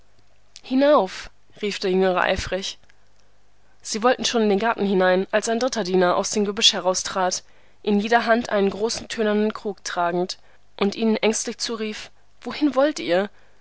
hinauf rief der jüngere eifrig sie wollten schon in den garten hinein als ein dritter diener aus dem gebüsch heraustrat in jeder hand einen großen tönernen krug tragend und ihnen ängstlich zurief wohin wollt ihr